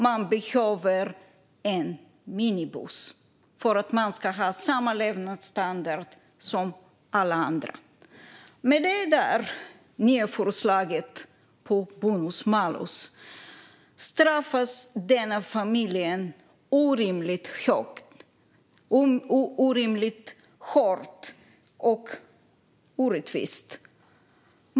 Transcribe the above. Man behöver en minibuss för att kunna ha samma levnadsstandard som alla andra. Med det nya förslaget om bonus-malus straffas denna familj orimligt hårt och orättvist.